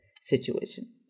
situation